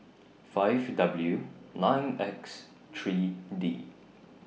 five W nine X three D